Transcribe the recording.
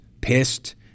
pissed